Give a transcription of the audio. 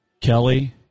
Kelly